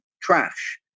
trash